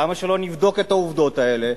למה שלא נבדוק את העובדות האלה?